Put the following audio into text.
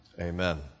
Amen